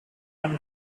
and